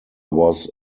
was